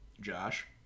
Josh